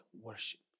Worship